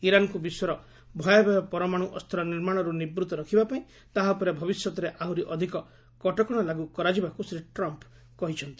ଇରାନ୍କୁ ବିଶ୍ୱର ଭୟାବହ ପରମାଣୁ ଅସ୍ତ ନିର୍ମାଣରୁ ନିବୃତ୍ତ ରଖିବାପାଇଁ ତାହା ଉପରେ ଭବିଷ୍ୟତରେ ଆହୁରି ଅଧିକ କଟକଣା ଲାଗୁ କରାଯିବାକୁ ଶ୍ରୀ ଟ୍ରମ୍ପ୍ କହିଛନ୍ତି